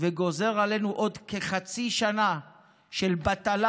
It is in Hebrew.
וגוזר עלינו עוד כחצי שנה של בטלה